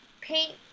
paint